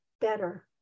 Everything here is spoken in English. better